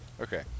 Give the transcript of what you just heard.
Okay